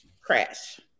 crash